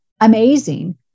amazing